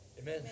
Amen